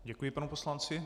Děkuji panu poslanci.